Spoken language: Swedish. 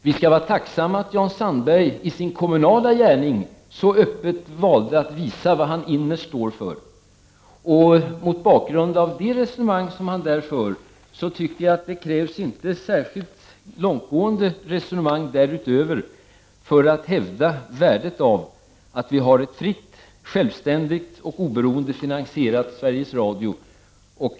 Vi skall vara tacksamma över att Jan Sandberg i sin kommunala gärning så öppet valde att visa vad han innerst inne står för. Mot bakgrund av det resonemang som han för krävs det inte särskilt långtgående resonemang därutöver för att hävda värdet av att vi har ett fritt, självständigt och oberoende finansierat Sveriges Radio.